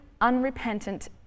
unrepentant